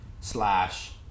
slash